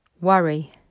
worry